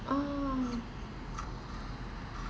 ah